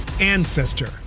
ancestor